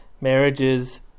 Marriages